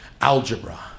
algebra